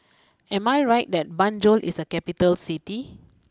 am I right that Banjul is a capital City